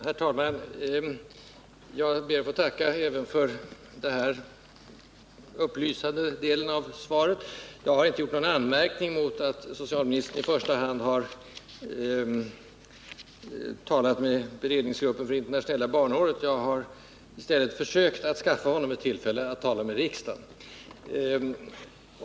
Herr talman! Jag ber att få tacka även för denna upplysande del av svaret. Jag har inte gjort någon anmärkning mot att socialministern i första hand har talat med beredningsgruppen för det internationella barnåret. Jag har i stället försökt att ge honom ett tillfälle att uttala sig för riksdagen.